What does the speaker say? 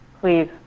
Please